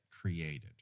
created